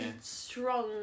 strong